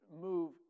move